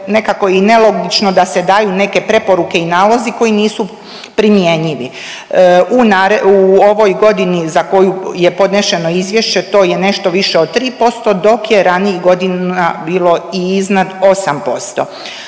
nekako i nelogično da se daju neke preporuke i nalozi koji nisu primjenjivi. U ovoj godini za koju je podnešeno izvješće to je nešto više od 3% dok je ranijih godina bilo i iznad 8%.